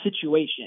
situation